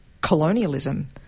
colonialism